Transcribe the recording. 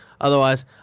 Otherwise